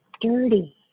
dirty